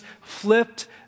flipped